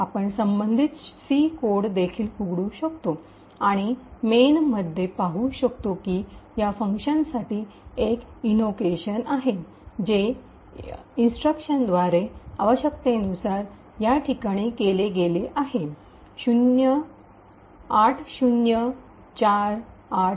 आपण संबंधित C code देखील उघडू शकतो आणि मेन मध्ये पाहू शकतो की या फंक्शनसाठी एक इन्वकेशन आहे जे या इन्स्ट्रक्शनद्वारे आवश्यकतेनुसार या ठिकाणी केले गेले आहे 80483ED